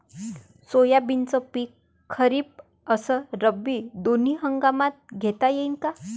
सोयाबीनचं पिक खरीप अस रब्बी दोनी हंगामात घेता येईन का?